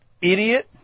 idiot